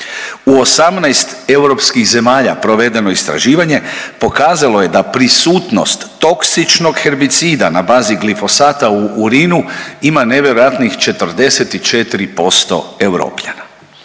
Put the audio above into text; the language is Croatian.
U 18 europskih zemalja provedeno istraživanje, pokazalo je da prisutnost toksičnog herbicida na bazi glifosata u urinu ima nevjerojatnih 44% Europljana.